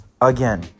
again